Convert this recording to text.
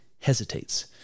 hesitates